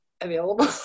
available